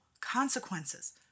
consequences